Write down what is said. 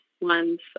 ones